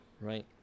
Right